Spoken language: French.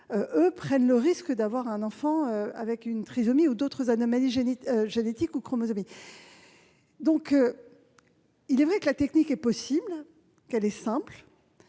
eux, le risque d'avoir un enfant avec une trisomie 21 ou d'autres anomalies génétiques ou chromosomiques ? S'il est vrai que la technique est possible et simple,